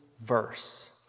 verse